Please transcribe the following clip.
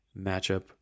matchup